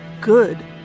good